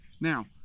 Now